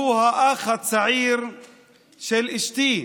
שהוא האח הצעיר של אשתי,